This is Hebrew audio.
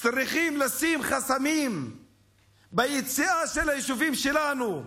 צריכים לשים חסימות ביציאה מהיישובים שלנו,